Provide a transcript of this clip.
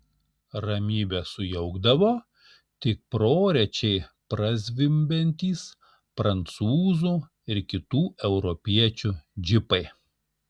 ramybę sujaukdavo tik prorečiai prazvimbiantys prancūzų ir kitų europiečių džipai